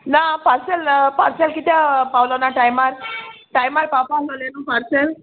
ना parcel parcel कित्या पावलो ना टायमार टायमार पावपा आहलोलें न्हू पार्सेल